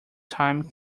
time